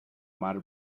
mar